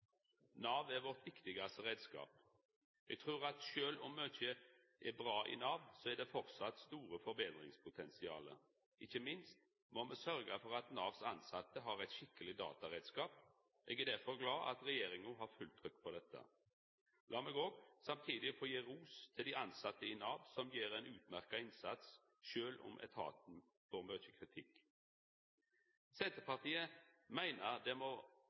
Nav er vår viktigaste reiskap. Eg trur at sjølv om mykje er bra i Nav, er det framleis eit stort forbetringspotensial. Ikkje minst må me sørgja for at Navs tilsette har ein skikkeleg datareiskap. Eg er derfor glad for at regjeringa har fullt trykk på dette. Lat meg òg samtidig få gi ros til dei tilsette i Nav, som gjer ein utmerkt innsats, sjølv om etaten får mykje kritikk. Senterpartiet meiner det må